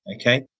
Okay